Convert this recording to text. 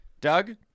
Doug